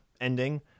ending